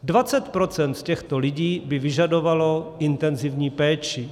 20 % z těchto lidí by vyžadovalo intenzivní péči.